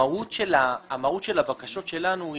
המהות של הבקשות שלנו,